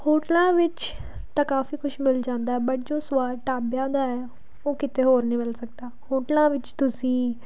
ਹੋਟਲਾਂ ਵਿੱਚ ਤਾਂ ਕਾਫੀ ਕੁਛ ਮਿਲ ਜਾਂਦਾ ਬਟ ਜੋ ਸਵਾਦ ਢਾਬਿਆਂ ਦਾ ਹੈ ਉਹ ਕਿਤੇ ਹੋਰ ਨਹੀਂ ਮਿਲ ਸਕਦਾ ਹੋਟਲਾਂ ਵਿੱਚ ਤੁਸੀਂ